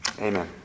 Amen